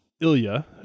Ilya